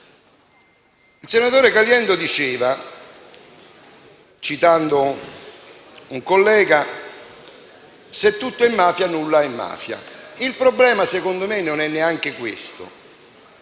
il senatore Caliendo, citando un collega - che, se tutto è mafia, nulla è mafia. Il problema - secondo me - non è neanche questo.